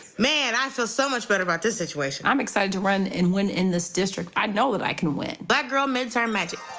man, i feel so much better about this situation. i'm excited to run and win in this district. i know i can win. black girl midterm magic.